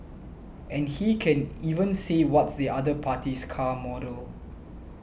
and he can even say what's the other party's car model